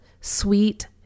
sweet